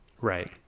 Right